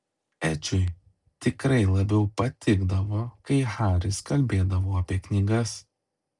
edžiui tikrai labiau patikdavo kai haris kalbėdavo apie knygas